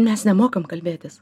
mes nemokam kalbėtis